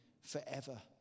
forever